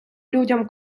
людям